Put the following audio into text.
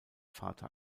vater